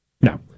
No